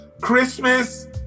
Christmas